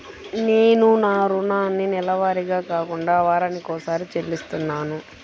నేను నా రుణాన్ని నెలవారీగా కాకుండా వారానికోసారి చెల్లిస్తున్నాను